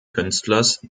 künstlers